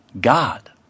God